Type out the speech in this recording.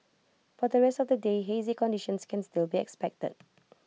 for the rest of the day hazy conditions can still be expected